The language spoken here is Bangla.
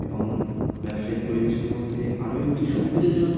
এবং ব্যবসায়িক পরিবেশের মধ্যে আরও একটি সুবিধাজনক